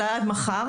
אלא עד מחר,